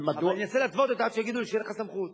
אבל אני אנסה להתוות אותה עד שיגידו לי: אין לך סמכות.